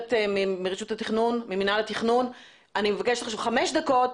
לגברת ממינהל התכנון חמש דקות